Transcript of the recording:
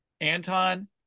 Anton